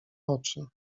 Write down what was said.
oczy